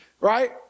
right